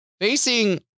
facing